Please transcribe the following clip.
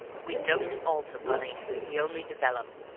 we don't alter, bunny. we only develop.